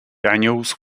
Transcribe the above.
daniels